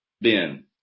Ben